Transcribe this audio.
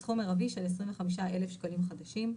בסכום מרבי של 25,000 שקלים חדשים.